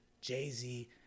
Jay-Z